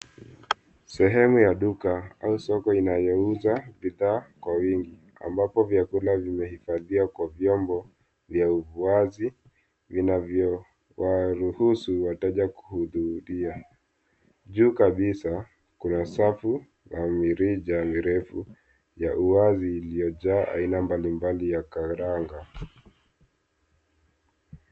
Sehemu ya duka au soko inayouza bidhaa kwa wingi ambapo vyakula vimehifadhiwa kwa vyombo vya wazi vinavyowaruhusu wateja kuhudhuria. Juu kabisa, kuna safu ya mirija mirefu ya wazi iliyojaa aina mbalimbali ya karanga.